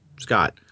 Scott